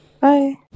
bye